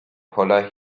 poller